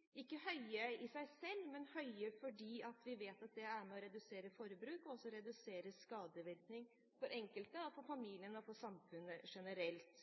med høye alkoholavgifter – ikke høye i seg selv, men høye fordi vi vet at det er med på å redusere forbruk og også skadevirkning for den enkelte, for familien og for samfunnet generelt.